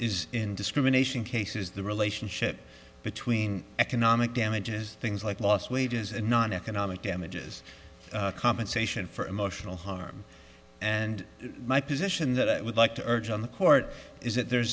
is in discrimination cases the relationship between economic damages things like lost wages and noneconomic damages compensation for emotional harm and my position that i would like to urge on the court is that there